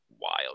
wild